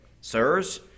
Sirs